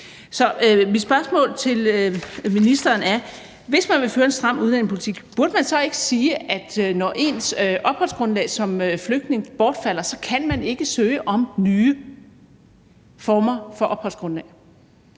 mit spørgsmål til ministeren er: Hvis man vil føre en stram udlændingepolitik, burde man så ikke sige, at når ens opholdsgrundlag som flygtning bortfalder, kan man ikke søge om nye former for opholdsgrundlag?